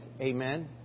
Amen